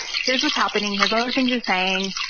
here's what's happening. here's all the things you're saying.